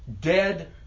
dead